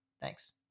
Thanks